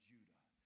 Judah